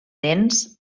dents